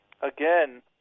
Again